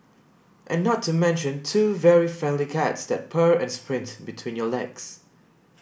and not to mention two very friendly cats that purr and sprint between your legs